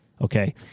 Okay